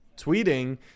tweeting